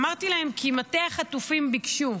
אמרתי להם, כי מטה החטופים ביקשו,